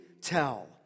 tell